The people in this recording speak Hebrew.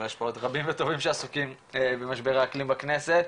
אבל יש פה עוד רבים וטובים שעסוקים במשבר האקלים בכנסת,